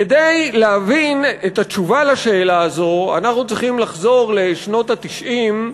כדי להבין את התשובה על השאלה הזאת אנחנו צריכים לחזור לשנות ה-90,